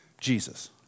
Jesus